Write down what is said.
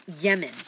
Yemen